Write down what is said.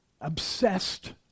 obsessed